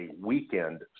weekend